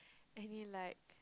any like